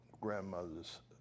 grandmother's